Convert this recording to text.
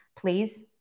please